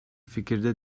fikirde